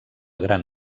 gran